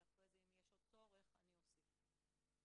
ואחר כך אני אוסיף אם יהיה מה להוסיף.